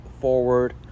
forward